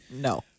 No